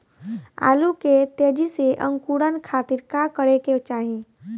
आलू के तेजी से अंकूरण खातीर का करे के चाही?